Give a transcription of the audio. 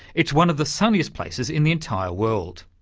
it's one of the sunniest places in the entire world.